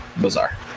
bizarre